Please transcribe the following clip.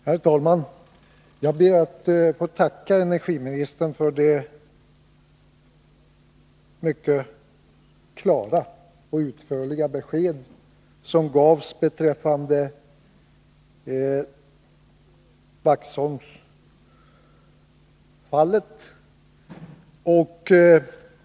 Herr talman! Jag ber att få tacka energiministern för det mycket klara och utförliga besked som gavs beträffande Vaxholmsfallet.